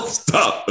stop